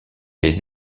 les